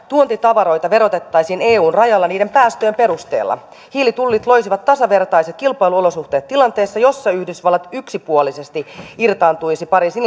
tuontitavaroita verotettaisiin eun rajalla niiden päästöjen perusteella hiilitullit loisivat tasavertaiset kilpailuolosuhteet tilanteessa jossa yhdysvallat yksipuolisesti irtaantuisi pariisin